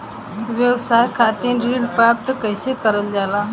व्यवसाय खातिर ऋण प्राप्त कइसे कइल जाला?